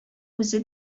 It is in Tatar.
үзе